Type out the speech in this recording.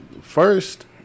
First